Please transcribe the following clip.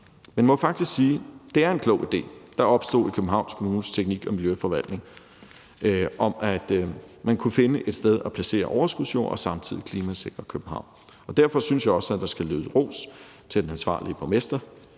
Man må faktisk sige, at det er en klog idé, der opstod i Københavns Kommunes teknik- og miljøforvaltning om, at man kunne finde et sted at placere overskudsjord og samtidig klimasikre København. Derfor synes jeg også, at der skal lyde ros til den ansvarlige borgmester